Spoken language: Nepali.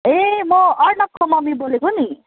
ए म अर्नवको मम्मी बोलेको नि